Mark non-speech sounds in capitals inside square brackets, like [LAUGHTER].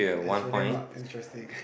it's really not interesting [LAUGHS]